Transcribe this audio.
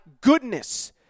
goodness